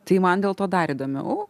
tai man dėl to dar įdomiau